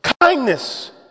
Kindness